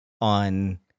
on